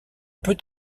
peut